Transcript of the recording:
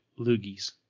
loogies